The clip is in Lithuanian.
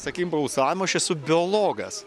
sakykim pagal išsilavinimą aš esu biologas